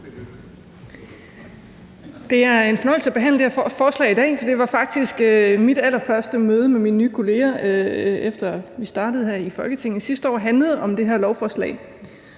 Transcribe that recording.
Det er en fornøjelse at behandle det her forslag i dag. Mit allerførste møde med mine nye kolleger, efter vi startede her i Folketinget sidste år, handlede faktisk om det her lovforslag.